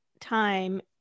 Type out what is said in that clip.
time